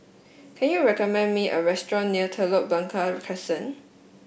can you recommend me a restaurant near Telok Blangah Crescent